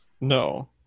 No